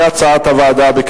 כהצעת הוועדה.